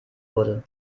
wurde